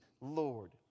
Lord